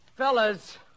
Fellas